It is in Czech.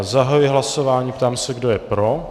Zahajuji hlasování a ptám se, kdo je pro.